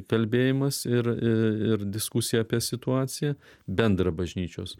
kalbėjimas ir ir diskusija apie situaciją bendrą bažnyčios